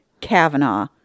kavanaugh